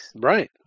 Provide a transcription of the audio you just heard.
Right